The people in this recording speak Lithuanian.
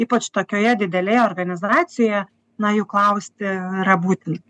ypač tokioje didelėje organizacijoje na jų klausti yra būtin